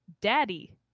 Daddy